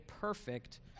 perfect